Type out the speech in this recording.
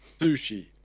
Sushi